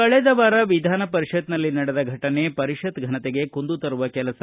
ಕಳೆದ ವಾರ ವಿಧಾನಪರಿಷತ್ತಿನಲ್ಲಿ ನಡೆದ ಘಟನೆ ಪರಿಷತ್ ಘನತೆಗೆ ಕುಂದು ತರುವ ಕೆಲಸ